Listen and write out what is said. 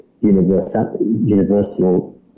Universal